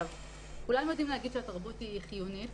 כולם יודעים להגיד שהתרבות היא חיונית.